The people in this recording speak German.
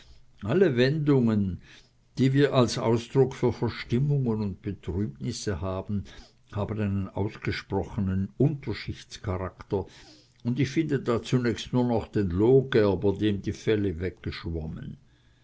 alle wendungen die wir als ausdruck für verstimmungen und betrübnisse haben haben einen ausgesprochenen unterschichtscharakter und ich finde da zunächst nur noch den lohgerber dem die felle weggeschwommen